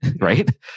right